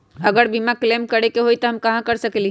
अगर बीमा क्लेम करे के होई त हम कहा कर सकेली?